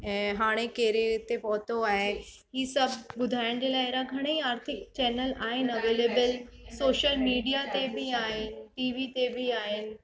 ऐं हाणे कहिड़े ते पहुतो आहे ही सभु ॿुधाइण जे लाइ अहिड़ा घणेई आर्थिक चैनल आहिनि अवैलेबल सोशल मिडिया ते बि आहिनि टीवी ते बि आहिनि